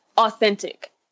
authentic